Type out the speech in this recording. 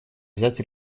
взять